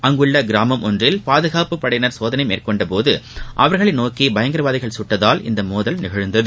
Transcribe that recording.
அங்குள்ள கிராமத்தில் பாதுகாப்பு படையினர் சோதனை மேற்கொண்ட போது அவர்களை நோக்கி பயங்கரவாதிகள் சுட்டதால் இந்த மோதல் நிகழ்ந்தது